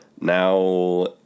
now